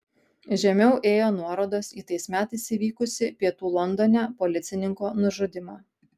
žemiau ėjo nuorodos į tais metais įvykusį pietų londone policininko nužudymą